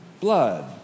blood